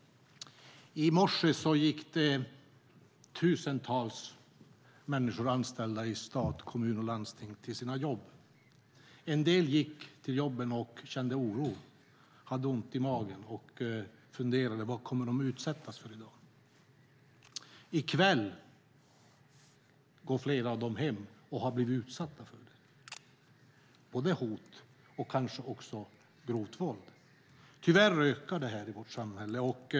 I morse gick tusentals människor anställda i stat, kommun och landsting till sina jobb. En del gick till jobben och kände oro, hade ont i magen och funderade på vad de skulle utsättas för i dag. I kväll går flera av dem hem och har blivit utsatta för någonting, både hot och kanske också grovt våld. Tyvärr ökar det här i vårt samhälle.